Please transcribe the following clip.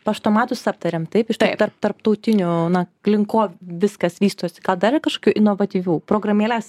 paštomatus aptarėm taip štai tarp tarp tarptautinių na klinko viskas vystosi ką dar kažkokių inovatyvių programėles